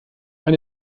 noch